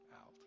out